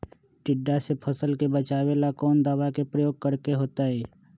टिड्डा से फसल के बचावेला कौन दावा के प्रयोग करके होतै?